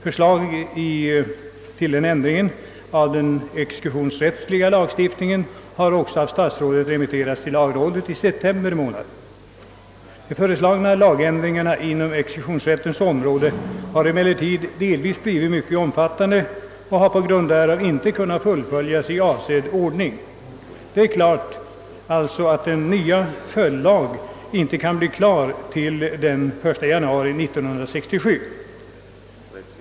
Förslag till ändring av den exekutionsrättsliga lagstiftningen har också remitterats till lagrådet i september månad. De därvid föreslagna lagändringarna har emellertid delvis blivit mycket omfattande och har på grund därav inte kunnat fullföljas i avsedd ordning. Följdlagen kan sålunda inte bli klar till den 1 januari 1967.